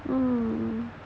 mmhmm